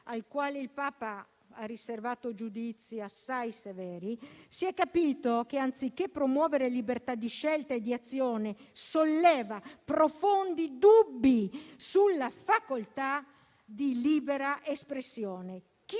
alla quale il Papa ha riservato giudizi assai severi, si è capito che, anziché promuovere libertà di scelta e di azione, solleva profondi dubbi sulla facoltà di libera espressione.